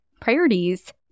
priorities